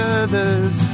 others